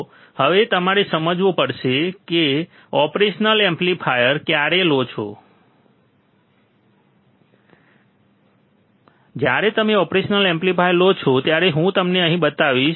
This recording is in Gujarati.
તો હવે તમારે સમજવું પડશે કે તમે ઓપરેશનલ એમ્પ્લીફાયર ક્યારે લો છો જ્યારે તમે ઓપરેશનલ એમ્પ્લીફાયર લો છો ત્યારે હું તમને તે અહીં બતાવીશ